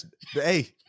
hey